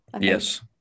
Yes